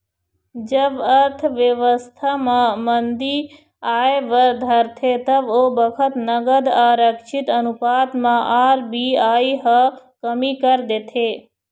जब अर्थबेवस्था म मंदी आय बर धरथे तब ओ बखत नगद आरक्छित अनुपात म आर.बी.आई ह कमी कर देथे